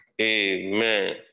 Amen